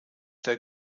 der